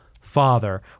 father